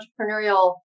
entrepreneurial